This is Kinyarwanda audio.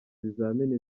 ibizamini